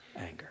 anger